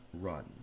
run